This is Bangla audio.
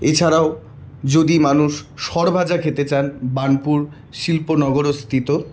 এছাড়াও যদি মানুষ সরভাজা খেতে চান বার্নপুর শিল্পনগরস্থিত